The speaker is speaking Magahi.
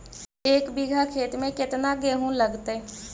एक बिघा खेत में केतना गेहूं लगतै?